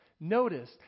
Notice